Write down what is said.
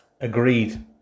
agreed